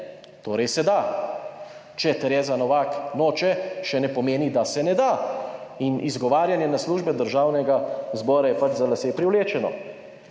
Torej, se da. Če Tereza Novak noče, še ne pomeni, da se ne da. In izgovarjanje na službe Državnega zbora je pač za lase privlečeno.